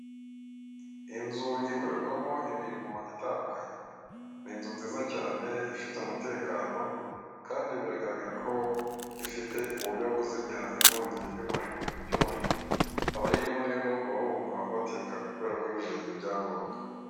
Inzu ikorerwamo imirimo itandukande ninzu nziza cyane ifite umutekano kandi biragaragarako ifite uburyo bwo kuzimya inkongi y'umuriro abayirimo rero baba bumva batekanye kuberako yujuje ibyangombwa .